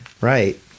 Right